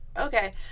Okay